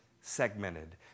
segmented